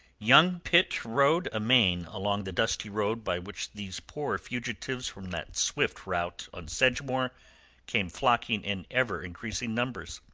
young pitt rode amain along the dusty road by which these poor fugitives from that swift rout on sedgemoor came flocking in ever-increasing numbers.